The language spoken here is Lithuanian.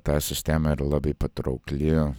ta sistema yra labai patraukli